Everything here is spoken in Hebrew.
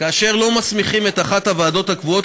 כאשר לא מסמיכים את אחת הוועדות הקבועות